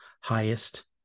highest